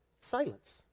Silence